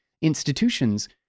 institutions